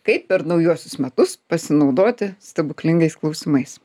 kaip per naujuosius metus pasinaudoti stebuklingais klausimais